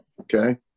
okay